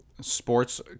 sports